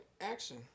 action